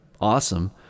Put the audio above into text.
awesome